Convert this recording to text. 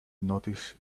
notice